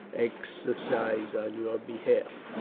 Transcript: exercise on your behalf.